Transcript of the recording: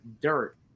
dirt